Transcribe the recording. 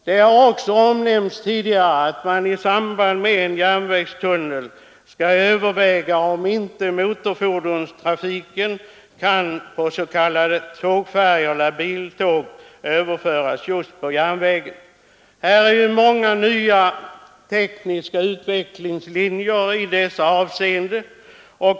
Det har också nämnts tidigare att man i samband med en järnvägstunnel borde överväga om inte motorfordonstrafiken kunde överföras med hjälp av s.k. tågfärjor. Det finns nya tekniska utvecklingslinjer i detta avseende.